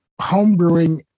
homebrewing